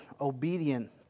obedient